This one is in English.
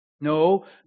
No